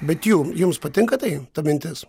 bet jum jums patinka tai ta mintis